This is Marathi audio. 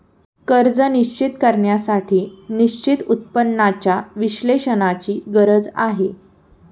कर्ज निश्चित करण्यासाठी निश्चित उत्पन्नाच्या विश्लेषणाची गरज आहे